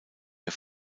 der